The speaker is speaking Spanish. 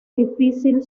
difícil